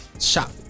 shop